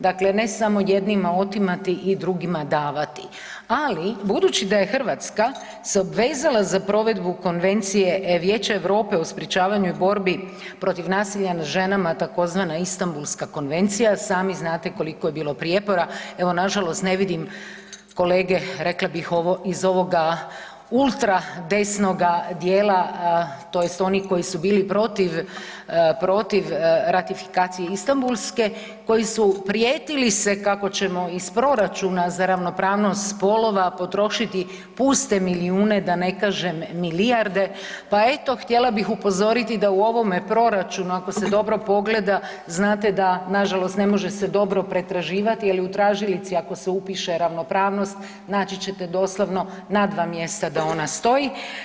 Dakle, ne samo jednima otimati i drugima davati, ali budući da je Hrvatska se obvezala za provedbu Konvencije Vijeća Europe u sprječavanju i borbi protiv nasilja nad ženama, tzv. Istambulska konvencija, i sami znate koliko je bilo prijepora, evo, nažalost ne vidim kolege, rekla bih, iz ovoga ultradesnoga dijela, tj. oni koji su bili protiv ratifikacije Istambulske, koji su prijetili se kako ćemo iz proračuna za ravnopravnost spolova potrošiti puste milijune, da ne kažem milijarde, pa eto, htjela bih upozoriti da u ovome proračunu, ako se dobro pogleda, znate da nažalost ne može se dobro pretraživati jer u tražilici, ako se upiše ravnopravnost, naći ćete doslovno na dva mjesta da ona stoji.